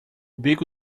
bico